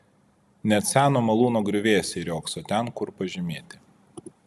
net seno malūno griuvėsiai riogso ten kur pažymėti